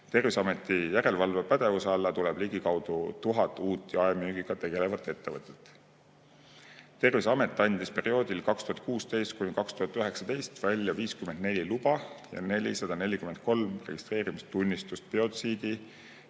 Terviseameti järelevalvepädevuse alla tuleb ligikaudu 1000 uut jaemüügiga tegelevat ettevõtet. Terviseamet andis perioodil 2016–2019 välja 54 luba ja 443 registreerimistunnistust biotsiidi(pere)le.